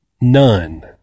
None